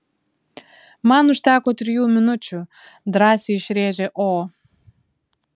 man užteko trijų minučių drąsiai išrėžė o